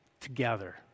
together